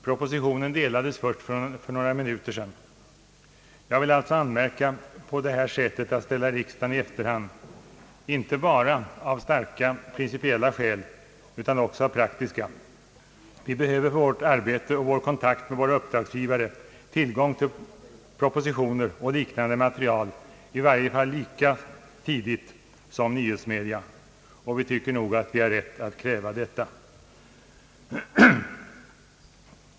Propositionen delades först för några minuter sedan. Jag vill alltså anmärka på sättet, att ställa riksdagen i efterhand, inte bara av starka principiella skäl utan också av praktiska. Vi behöver för vårt arbete och kontakten med vår uppdragsgivare tillgång till propositioner och liknande material, i varje fall lika tidigt som nyhetsmedia. Vi tycker nog att vi har rätt att kräva detta.